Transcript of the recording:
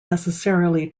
necessarily